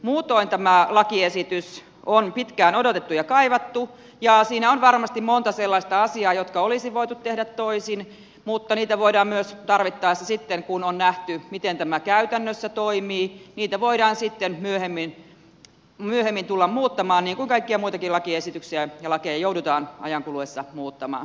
muutoin tämä lakiesitys on pitkään odotettu ja kaivattu ja siinä on varmasti monta sellaista asiaa jotka olisi voitu tehdä toisin mutta niitä voidaan myös tarvittaessa sitten kun on nähty miten tämä käytännössä toimii myöhemmin tulla muuttamaan niin kuin kaikkia muitakin lakiesityksiä ja lakeja joudutaan ajan kuluessa muuttamaan